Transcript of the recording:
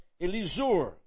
Elizur